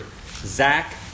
Zach